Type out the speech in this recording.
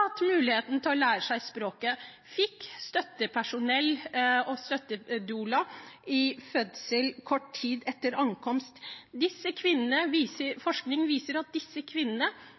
hatt muligheten til å lære seg språket, fikk støttepersonell og støttedoula i fødsel kort tid etter ankomst. Forskning viser at disse kvinnene